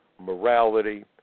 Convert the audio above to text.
morality